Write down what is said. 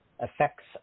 Effects